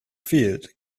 field